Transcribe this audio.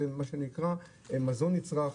זה מה שנקרא מזון נצרך,